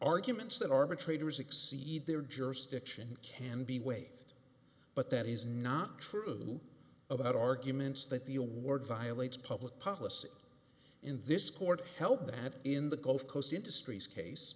arguments that arbitrator's exceed their jurisdiction can be waived but that is not true about arguments that the award violates public policy in this court help that in the gulf coast industries case